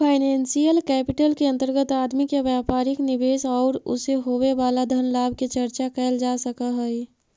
financial capital के अंतर्गत आदमी के व्यापारिक निवेश औउर उसे होवे वाला धन लाभ के चर्चा कैल जा सकऽ हई